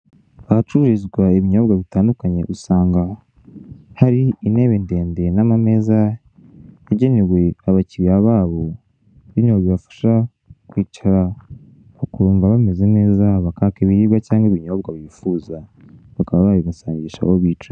Ahacururizwa ibinyobwa bitandukanye usanga hari intebe ndende, n'amameza yagenewe abakiriya babo nyine bibafasha kwicara bakumva bameze neza, bakaka ibiribwa cyangwa ibinyobwa bifuza bakaba babibasangisha aho bicaye.